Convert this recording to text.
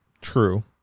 True